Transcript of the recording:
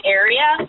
area